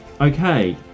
Okay